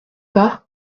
pas